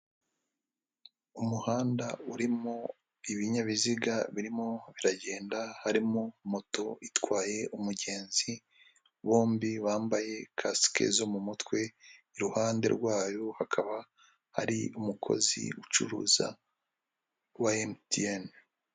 Umuhanda urimo ibinyabiziga birimo biragenda harimo moto itwaye umugenzi, bombi bambaye kasike zo mu mutwe, iruhande rwayo hakaba hari umukozi ucuruza wa MTN.